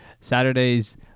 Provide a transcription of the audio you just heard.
Saturday's